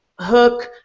hook